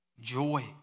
joy